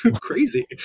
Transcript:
crazy